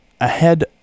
ahead